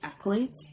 accolades